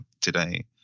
today